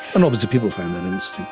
and obviously people find